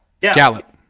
Gallup